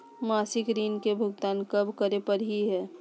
मासिक ऋण के भुगतान कब करै परही हे?